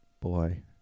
Boy